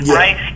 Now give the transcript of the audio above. right